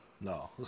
No